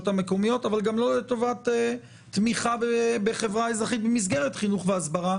המקומיות ולטובת תמיכה בחברה אזרחית במסגרת חינוך והסברה,